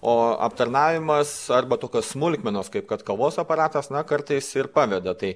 o aptarnavimas arba tokios smulkmenos kaip kad kavos aparatas na kartais ir paveda tai